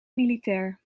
militair